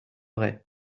vrai